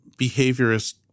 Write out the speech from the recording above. behaviorist